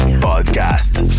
Podcast